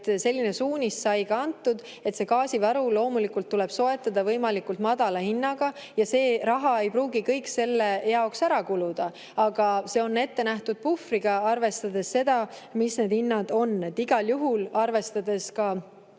selline suunis sai ka antud, et gaasivaru loomulikult tuleb soetada võimalikult madala hinnaga. See raha ei pruugi kõik selle jaoks ära kuluda, aga see on ette nähtud puhvriga, arvestades seda, mis need hinnad on.